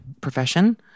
profession